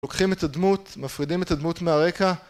לוקחים את הדמות, מפרידים את הדמות מהרקע